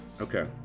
okay